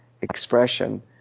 expression